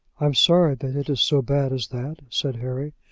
i'm sorry that it is so bad as that, said harry,